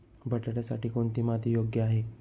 बटाट्यासाठी कोणती माती योग्य आहे?